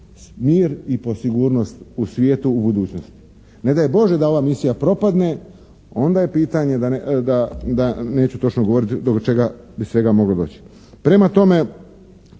mir i po sigurnost u svijetu u budućnosti. Ne daj Bože da ova misija propadne onda je pitanje da, neću točno govoriti do čega bi svega moglo doći. Prema tome